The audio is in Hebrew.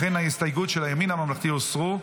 לכן ההסתייגויות של הימין הממלכתי הוסרו.